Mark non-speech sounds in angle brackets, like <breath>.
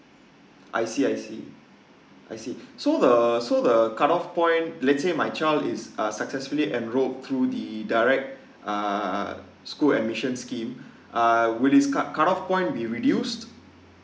I see I see I see <breath> so the so the cut off point let's say my child is uh successfully enroll through the direct uh school admission scheme <breath> uh would this cut cut off point will reduce